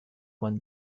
one